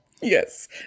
Yes